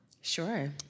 Sure